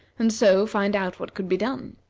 and so find out what could be done.